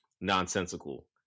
nonsensical